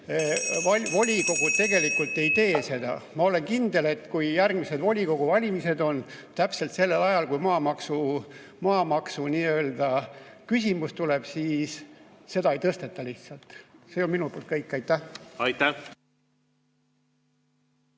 volikogud tegelikult ei tee seda. Ma olen kindel, et kui järgmised volikogu valimised on täpselt sellel ajal, kui maamaksu küsimus tuleb, siis seda lihtsalt ei tõsteta. See on minu poolt kõik. Aitäh!